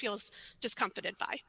feels just comforted by